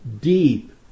deep